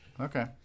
Okay